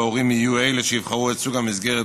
וההורים הם שיבחרו את סוג המסגרת